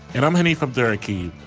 and i'm happy for very key.